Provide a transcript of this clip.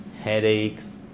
headaches